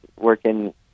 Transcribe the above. working